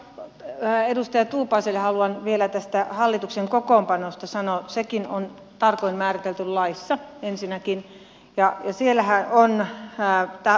sen verran edustaja tuupaiselle haluan vielä tästä hallituksen kokoonpanosta sanoa että sekin on ensinnäkin tarkoin määritelty laissa ensinnäkin ja siellähän on näyttää